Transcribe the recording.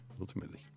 ultimately